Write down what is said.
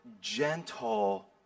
gentle